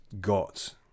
got